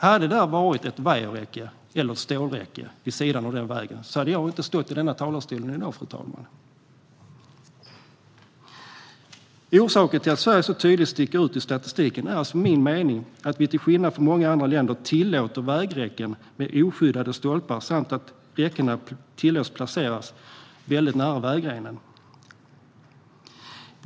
Hade det varit ett vajerräcke eller stålräcke vid sidan av den vägen hade jag inte stått i denna talarstol i dag, fru talman. Orsaken till att Sverige så tydligt sticker ut i statistiken är enligt min mening att vi till skillnad från många andra länder tillåter vägräcken med oskyddade stolpar samt att räckena tillåts placeras väldigt nära vägrenen.